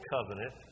Covenant